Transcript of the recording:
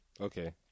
Okay